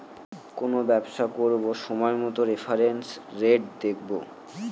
কোনো ব্যবসা করবো সময় মতো রেফারেন্স রেট দেখাবো